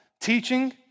teaching